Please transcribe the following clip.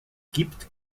gibt